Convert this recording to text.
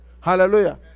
Hallelujah